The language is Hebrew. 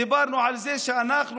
דיברנו על זה שאנחנו,